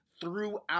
throughout